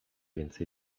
więcej